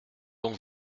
donc